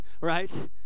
right